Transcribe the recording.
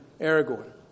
Aragorn